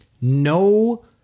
no